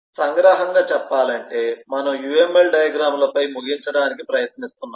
సంగ్రహంగా చెప్పాలంటే మనము UML డయాగ్రమ్ లపై ముగించడానికి ప్రయత్నిస్తున్నాము